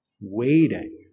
waiting